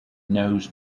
knows